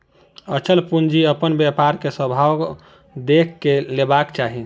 अचल पूंजी अपन व्यापार के स्वभाव देख के लेबाक चाही